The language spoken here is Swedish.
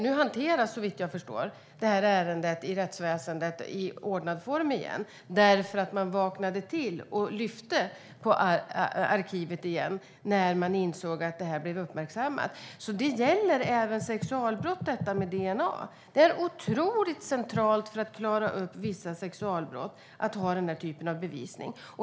Nu hanteras, såvitt jag förstår, ärendet i rättsväsendet i ordnad form igen därför att man vaknade till och lyfte på arkivet när man insåg att detta blev uppmärksammat. DNA gäller alltså även sexualbrott. Det är otroligt centralt för att klara upp vissa sexualbrott att ha denna typ av bevisning.